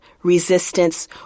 resistance